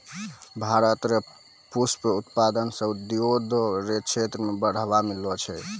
भारत रो पुष्प उत्पादन से उद्योग रो क्षेत्र मे बढ़ावा मिललो छै